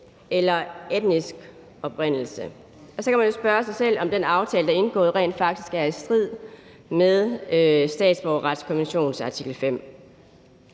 eller etnisk oprindelse.« Så kan man jo spørge sig selv, om den her aftale, der er indgået, rent faktisk er i strid med statsborgerretskonventionens artikel 5.